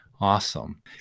Awesome